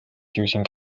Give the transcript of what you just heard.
using